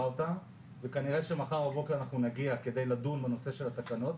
אותן וכנראה שמחר בבוקר אנחנו נגיע כדי לדון בנושא של התקנות.